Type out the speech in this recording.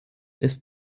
ist